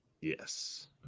Yes